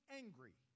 angry